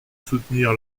soutenir